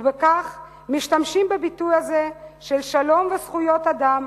ובכך משתמשים בביטוי הזה של שלום וזכויות אדם